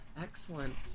Excellent